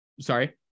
Sorry